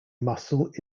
muscle